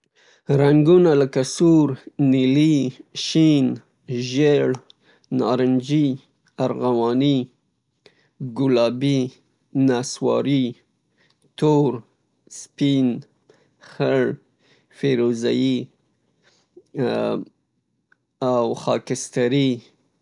رنګونه لکه سور، نیلي، شین، ژیړ، نارنجي، ارغواني، ګلابي، نصواري، تور، سپین، خړ، فیروزه يي او خاکستري.